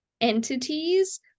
entities